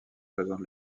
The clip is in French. présente